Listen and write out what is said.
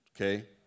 okay